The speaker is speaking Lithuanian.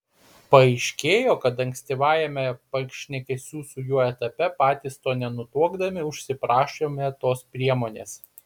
paaiškėjo kad ankstyvajame pašnekesių su juo etape patys to nenutuokdami užsiprašėme tos priemonės